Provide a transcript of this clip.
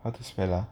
how to spell ah